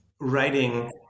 writing